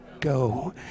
go